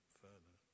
further